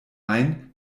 ein